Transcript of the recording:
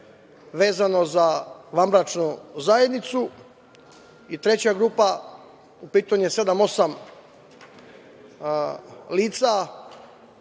vezano za vanbračnu zajednicu i treća grupa, u pitanju je sedam,